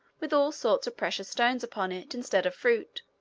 with all sorts of precious stones upon it instead of fruit,